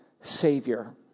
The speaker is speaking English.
Savior